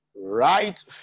right